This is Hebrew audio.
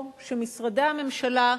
שמשרדי הממשלה,